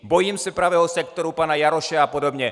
Bojím se pravého sektoru pana Jaroše apod.